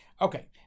Okay